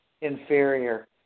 inferior